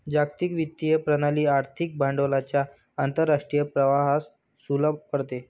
जागतिक वित्तीय प्रणाली आर्थिक भांडवलाच्या आंतरराष्ट्रीय प्रवाहास सुलभ करते